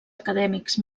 acadèmics